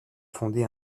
fondé